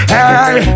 Hey